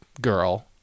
girl